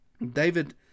David